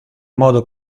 modo